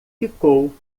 ficou